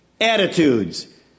attitudes